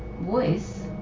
voice